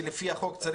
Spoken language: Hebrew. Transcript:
לפי החוק,